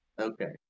Okay